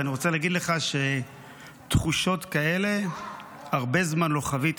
ואני רוצה להגיד לך שתחושות כאלה הרבה זמן לא חוויתי.